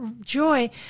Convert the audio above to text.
joy